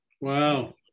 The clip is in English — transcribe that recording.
Wow